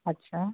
अच्छा